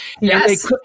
Yes